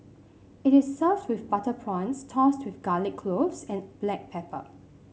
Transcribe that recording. it is served with butter prawns tossed with garlic cloves and black pepper